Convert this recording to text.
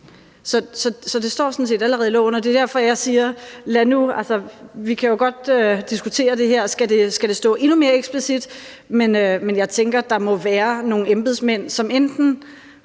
sådan set allerede i loven, og det er derfor, jeg siger, at vi jo godt kan diskutere det her, i forhold til om det skal stå endnu mere eksplicit. Men jeg tænker, der enten må være nogle embedsmænd, som har